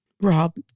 Rob